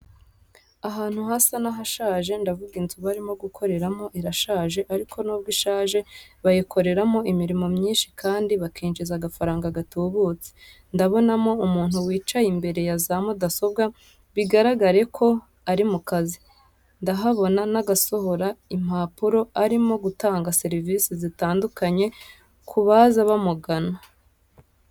Ahantu hasa n'ahashaje, ndavuga inzu barimo gukoreramo irashaje ariko n'ubwo ishaje bayikoreramo imirimo myinshi kandi bakinjiza agafaranga gatubutse. Ndabonamo umuntu wicaye imbere ya za mudasobwa, bigaragare ko ari mu kazi. Ndahabona n'agasohora impapuro arimo gutanga serivise zitandukanye ku baza bamugana.